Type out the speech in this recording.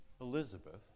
Elizabeth